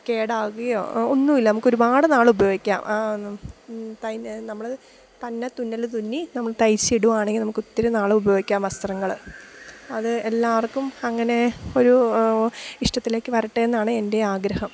കേടാവുകയോ ഒന്നുമില്ല നമുക്ക് ഒരുപാടുനാൾ ഉപയോഗിക്കാം നമ്മൾ തന്നെ തുന്നൽ തുന്നി നമ്മൾ തയ്ച്ച് ഇടുകയാണെങ്കിൽ നമുക്കൊത്തിരി നാൾ ഉപയോഗിക്കാം വസ്ത്രങ്ങൾ അത് എല്ലാവർക്കും അങ്ങനെ ഒരു ഇഷ്ടത്തിലേക്ക് വരട്ടേയെന്നാണ് എൻ്റേയും ആഗ്രഹം